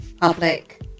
public